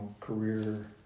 career